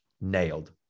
nailed